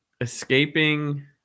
escaping